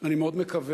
אני מאוד מקווה,